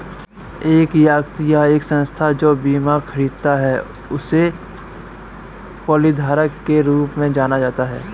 एक व्यक्ति या संस्था जो बीमा खरीदता है उसे पॉलिसीधारक के रूप में जाना जाता है